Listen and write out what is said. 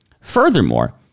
Furthermore